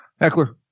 Eckler